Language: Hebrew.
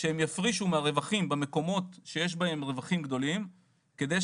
שהם יפרישו מהרווחים במקומות שבהם יש רווחים גדולים על מנת